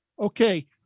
okay